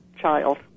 child